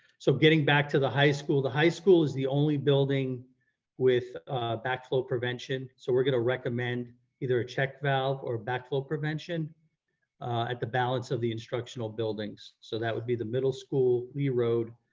so getting back to the high school, the high school is the only building with backflow prevention. so we're gonna recommend either a check valve or backflow prevention at the balance of the instructional buildings, so that would be the middle school, lee road,